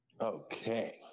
Okay